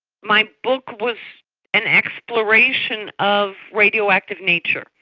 my book was an exploration of radioactive nature.